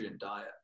diet